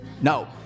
No